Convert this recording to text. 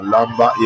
Lamba